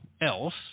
else